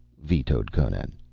vetoed conan.